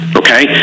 okay